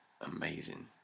amazing